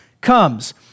comes